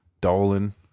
Dolan